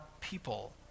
people